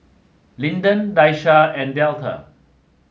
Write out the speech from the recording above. Linden Daisha and Delta